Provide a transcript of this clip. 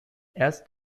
erst